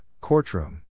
courtroom